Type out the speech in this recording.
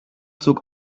zog